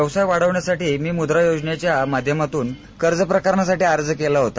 व्यवसाय वाढविण्यासाठी मी मुद्रा योजनेच्या माध्यमातून कर्ज प्रकरणासाठी अर्ज केला होता